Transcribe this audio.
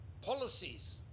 policies